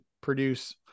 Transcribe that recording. produce